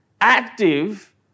active